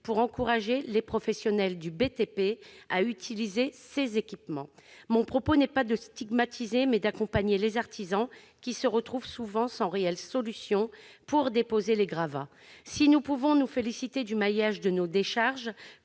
d'encourager les professionnels du BTP à utiliser ces équipements. Mon propos n'est pas de stigmatiser, mais d'accompagner les artisans, qui se retrouvent souvent sans réelle solution pour déposer les gravats. Si nous pouvons nous féliciter du maillage de nos décharges